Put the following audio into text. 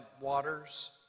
waters